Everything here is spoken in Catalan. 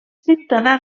ciutadà